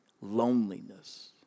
loneliness